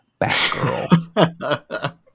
Batgirl